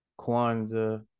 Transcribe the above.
Kwanzaa